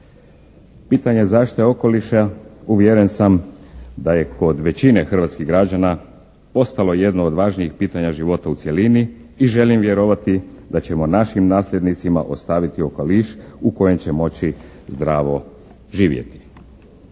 Pitanje zaštite okoliša uvjeren sam da je kod većine hrvatskih građana postalo jedno od važnijih pitanja života u cjelini i želim vjerovati da ćemo našim nasljednicima ostaviti okoliš u kojem će moći zdravo živjeti.